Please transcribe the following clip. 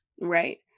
Right